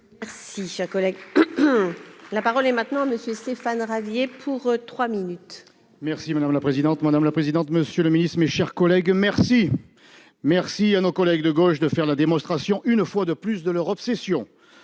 Si un collègue, la parole est maintenant Monsieur Stéphane Ravier pour 3 minutes. Merci madame la présidente, madame la présidente, monsieur le Ministre, mes chers collègues, merci, merci à nos collègues de gauche de faire la démonstration, une fois de plus, de leur obsession